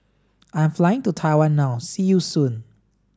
I'm flying to Taiwan now see you soon